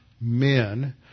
men